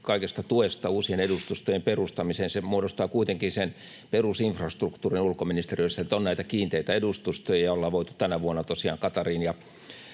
kaikesta tuesta uusien edustustojen perustamiseen. Se muodostaa kuitenkin sen perusinfrastruktuurin ulkoministeriössä, että on näitä kiinteitä edustustoja, ja ollaan voitu tänä vuonna tosiaan